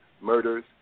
murders